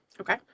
Okay